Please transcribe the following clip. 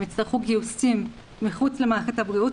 הם יצטרכו גיוסים מחוץ למערכת הבריאות